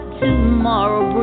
tomorrow